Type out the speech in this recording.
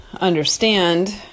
understand